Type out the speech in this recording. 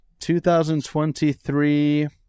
2023